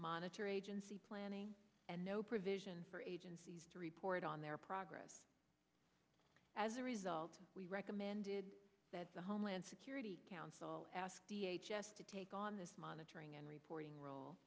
monitor agency planning and no provision for agencies to report on their progress as a result we recommended that the homeland security council asked us to take on this monitoring and reporting role